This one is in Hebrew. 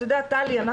את יודעת טלי,